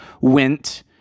went